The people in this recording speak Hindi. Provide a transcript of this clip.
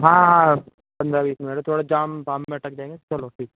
हाँ हाँ पन्द्रह बीस मिनट में थोड़ा जाम साम में अटक जाएँगे चलो ठीक